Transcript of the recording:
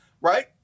right